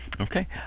Okay